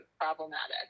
problematic